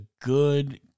good